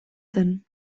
zen